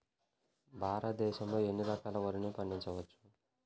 భారతదేశంలో ఎన్ని రకాల వరిని పండించవచ్చు